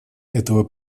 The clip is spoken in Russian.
этого